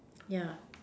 yeah